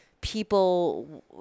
people